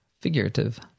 figurative